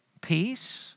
Peace